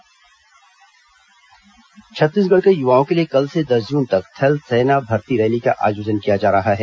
थल सेना भर्ती रैली छत्तीसगढ़ के युवाओं के लिए कल से दस जून तक थल सेना भर्ती रैली का आयोजन किया जा रहा है